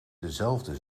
dezelfde